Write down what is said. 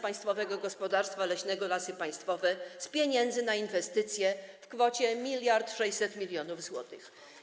Państwowego Gospodarstwa Leśnego Lasy Państwowe z pieniędzy na inwestycje w kwocie 1600 mln zł.